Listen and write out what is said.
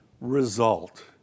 result